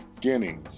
Guinea